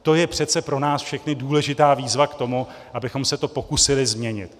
To je přece pro nás všechny důležitá výzva k tomu, abychom se to pokusili změnit.